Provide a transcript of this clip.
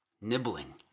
nibbling